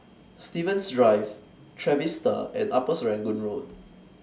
Stevens Drive Trevista and Upper Serangoon Road